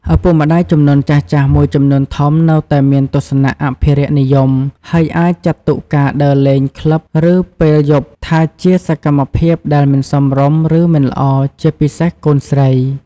ឪពុកម្តាយជំនាន់ចាស់ៗមួយចំនួនធំ នៅតែមានទស្សនៈ អភិរក្សនិយម ហើយអាចចាត់ទុកការដើរលេងក្លឹប ឬពេលយប់ថាជាសកម្មភាពដែល មិនសមរម្យ ឬ មិនល្អ ជាពិសេសកូនស្រី ។